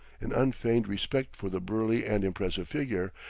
in unfeigned respect for the burly and impressive figure,